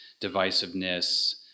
divisiveness